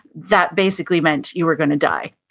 that basically meant you were gonna die.